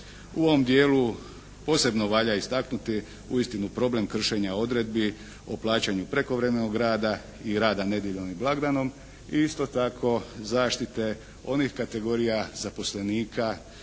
U ovom dijelu posebno valja istaknuti uistinu problem kršenja odredbi o plaćanju prekovremenog rada i rada nedjeljom i blagdanom i isto tako zaštite onih kategorija zaposlenika